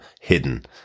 hidden